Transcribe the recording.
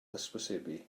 hysbysebu